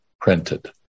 printed